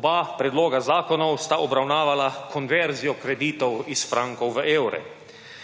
Oba predloga zakonov sta obravnavala konverzijo kreditov iz frankov v evre.